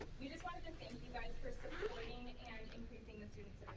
we just wanted to thank you guys for supporting and increasing the students